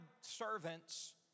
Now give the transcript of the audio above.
servants